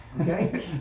Okay